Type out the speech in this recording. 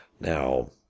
Now